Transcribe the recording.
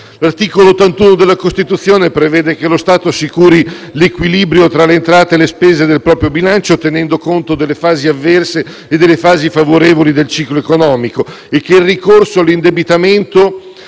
L'articolo 81 della Costituzione prevede che lo Stato assicuri l'equilibrio tra le entrate e le spese del proprio bilancio tenendo conto delle fasi avverse e delle fasi favorevoli del ciclo economico e che il ricorso all'indebitamento